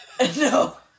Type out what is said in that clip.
No